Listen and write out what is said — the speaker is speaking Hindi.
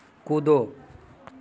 कूदो